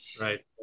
Right